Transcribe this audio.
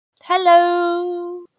Hello